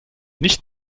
nicht